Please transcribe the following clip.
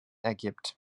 ergibt